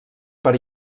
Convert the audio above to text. per